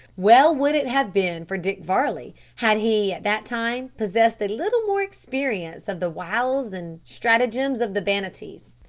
well would it have been for dick varley had he at that time possessed a little more experience of the wiles and stratagems of the banattees.